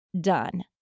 done